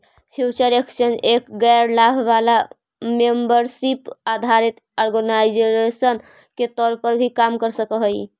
future exchange एक गैर लाभ वाला मेंबरशिप आधारित ऑर्गेनाइजेशन के तौर पर भी काम कर सकऽ हइ